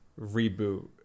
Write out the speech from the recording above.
reboot